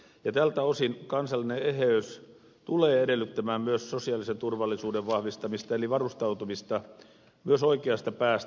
tältä osin kansallinen eheys tulee edellyttämään myös sosiaalisen turvallisuuden vahvistamista eli varustautumista myös oikeasta päästä